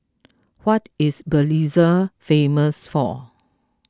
what is Belize famous for